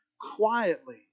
quietly